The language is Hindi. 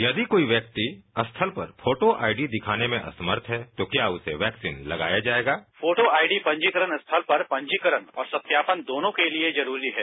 यदि कोई व्याक्ति स्थल पर फोटो आईडी दिखाने में समर्थ है और क्या उसे वैक्सीन लगाया जाएगा फोटो आईडी पंजीकरण स्थल पर पंजीकरण और सत्यापन दोनों के लिए जरूरी है